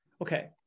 Okay